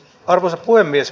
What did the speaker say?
arvoisa puhemies